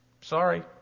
Sorry